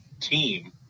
team